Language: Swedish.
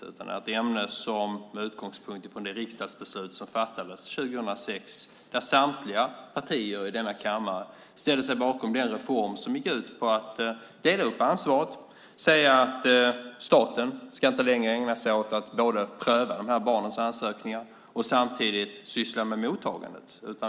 Det är ett ämne som har sin utgångspunkt i det riksdagsbeslut som fattades 2006 där samtliga partier i denna kammare ställde sig bakom den reform som gick ut på att dela upp ansvaret och säga att staten inte längre ska ägna sig åt att både pröva de här barnens ansökningar och samtidigt syssla med mottagandet.